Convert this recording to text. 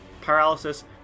paralysis